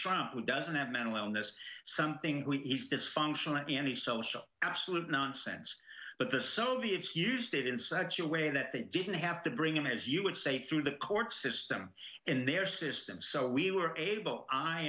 child who doesn't have mental illness something we each dysfunctional at any social absolute nonsense but the soviets used it in such a way that they didn't have to bring in as you would say through the court system in their system so we were able i